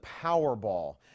Powerball